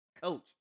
Coach